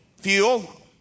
fuel